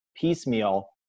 piecemeal